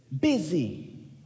busy